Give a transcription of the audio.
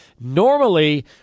normally